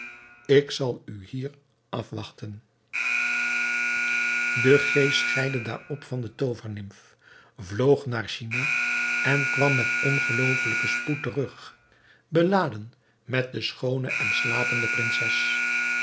ik zal u hier afwachten de geest scheidde daarop van de toovernimf vloog naar china en kwam met ongeloofelijken spoed terug beladen met de schoone en slapende prinses